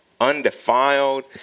undefiled